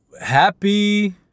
Happy